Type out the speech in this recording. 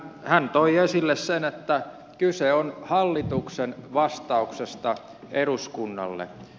hän toi esille sen että kyse on hallituksen vastauksesta eduskunnalle